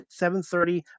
7:30